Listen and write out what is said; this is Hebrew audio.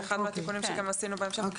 זה אחד התיקונים שגם עשינו בהמשך.